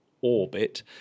orbit